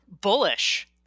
Bullish